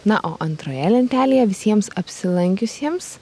na o antroje lentelėje visiems apsilankiusiems